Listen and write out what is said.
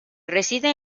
reside